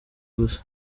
gusa